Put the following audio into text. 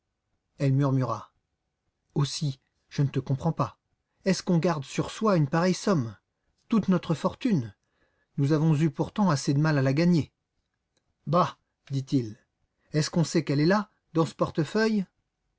elle murmura aussi je ne te comprends pas est-ce qu'on garde sur soi une pareille somme toute notre fortune nous avons eu pourtant assez de mal à la gagner bah dit-il est-ce qu'on sait qu'elle est là dans ce portefeuille